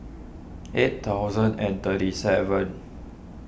eight thousand and thirty seven